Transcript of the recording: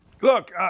Look